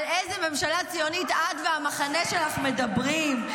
על איזו ממשלה ציונית את והמחנה שלך מדברים?